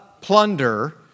plunder